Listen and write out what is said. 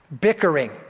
Bickering